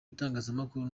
itangazamakuru